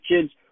kids